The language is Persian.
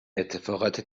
اتفاقات